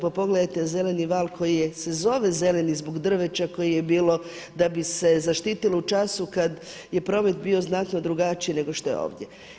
Pa pogledajte Zeleni val koji se zove zeleni zbog drveća koje je bilo da bi se zaštitilo u času kad je promet bio znatno drugačiji nego što je ovdje.